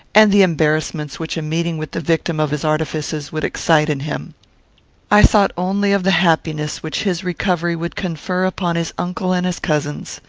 and the embarrassments which a meeting with the victim of his artifices would excite in him i thought only of the happiness which his recovery would confer upon his uncle and his cousins.